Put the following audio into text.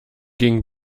ging